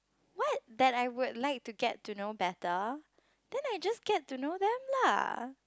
what that I would like to get to know better then I just get to know them lah